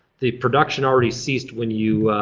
the production already ceased when you